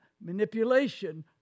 manipulation